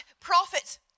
prophets